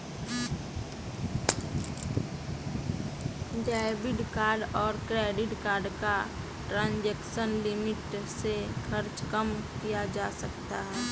debit card और credit card का transaction limit से खर्च कम किया जा सकता है